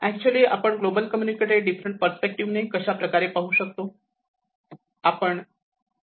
actually आपण global community कडे different perspective ने कशाप्रकारे पाहू शकतो